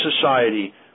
society